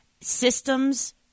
Systems